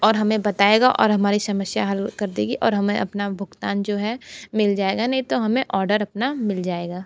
और हमें बताएगा और हमारी समस्या हल कर देगी और हमें अपना भुगतान जो है मिल जाएगा नहीं तो हमें ओडर अपना मिल जाएगा